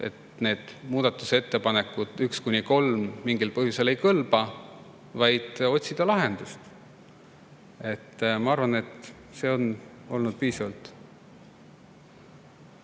et muudatusettepanekud nr 1–3 mingil põhjusel ei kõlba, vaid otsida lahendust. Ma arvan, et see on olnud piisav.